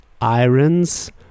irons